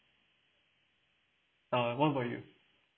uh what about you